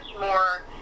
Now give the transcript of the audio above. more